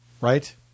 right